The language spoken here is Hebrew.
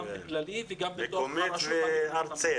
גם כללית וגם בתוך הרשות המקומית.